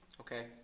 Okay